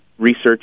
research